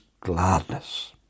gladness